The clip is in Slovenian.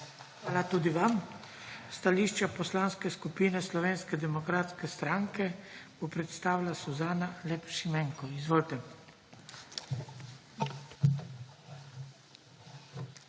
Hvala tudi vam. Stališča Poslanske skupine Slovenske demokratske stranke bo predstavila Suzana Lep Šimenko. Izvolite.